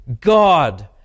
God